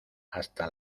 hasta